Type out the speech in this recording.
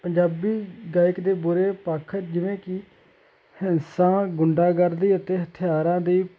ਪੰਜਾਬੀ ਗਾਇਕ ਦੇ ਬੁਰੇ ਪੱਖ ਜਿਵੇਂ ਕਿ ਹਿੰਸਾ ਗੁੰਡਾਗਰਦੀ ਅਤੇ ਹਥਿਆਰਾਂ ਦੀ